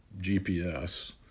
GPS